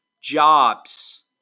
jobs